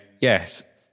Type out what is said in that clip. yes